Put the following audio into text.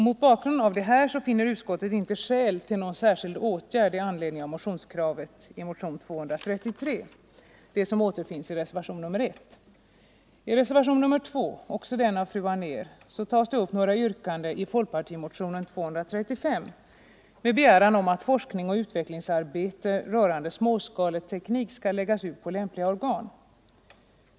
Mot bakgrund av detta finner utskottet inte skäl till någon särskild åtgärd i anledning av motionskravet i motionen 233, vilket också återfinns i reservationen 1. I reservationen 2 — också den av fru Anér — tas upp några yrkanden i folkpartimotionen 235 med begäran att forskningsoch utvecklingsarbete rörande småskaleteknik skall läggas ut på lämpliga organ.